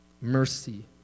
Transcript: mercy